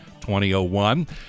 2001